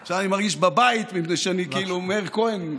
עכשיו אני מרגיש בבית, מפני שאני כאילו מאיר כהן.